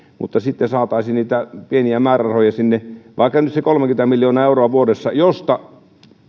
mutta sitten saataisiin niitä pieniä määrärahoja sinne vaikka nyt se kolmekymmentä miljoonaa euroa vuodessa josta